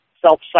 self